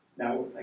Now